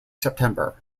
september